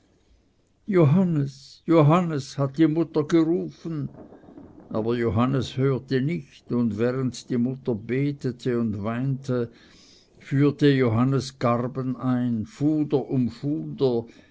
johannes johannes hat die mutter gerufen aber johannes hörte nicht und während die mutter betete und weinte führte johannes garben ein fuder um fuder